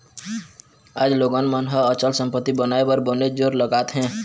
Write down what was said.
आज लोगन मन ह अचल संपत्ति बनाए बर बनेच जोर लगात हें